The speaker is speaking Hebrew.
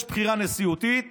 יש בחירה נשיאותית